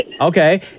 Okay